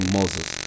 Moses